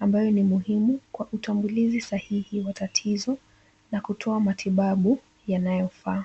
ambayo ni muhimu kwa utambulizi sahihi wa tatizo na kutoa matibabu yanayofaa.